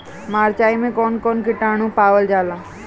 मारचाई मे कौन किटानु पावल जाला?